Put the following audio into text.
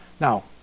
Now